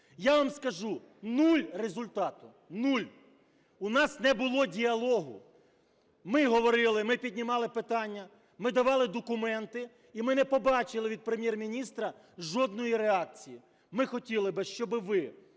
Я вам скажу, нуль результату – нуль. У нас не було діалогу. Ми говорили, ми піднімали питання, ми давали документи, і ми не побачили від Прем'єр-міністра жодної реакції. Ми хотіли би, щоби ви